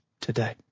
today